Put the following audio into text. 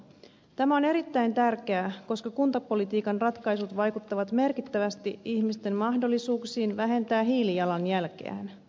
tämä on erittäin tärkeää koska kuntapolitiikan ratkaisut vaikuttavat merkittävästi ihmisten mahdollisuuksiin vähentää hiilijalanjälkeään